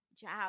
job